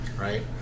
right